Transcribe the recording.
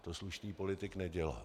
To slušný politik nedělá.